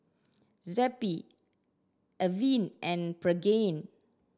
Zappy Avene and Pregain